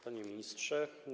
Panie Ministrze!